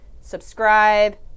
subscribe